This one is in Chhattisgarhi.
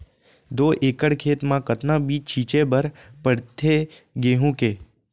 दो एकड़ खेत म कतना बीज छिंचे बर पड़थे गेहूँ के?